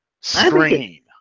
screen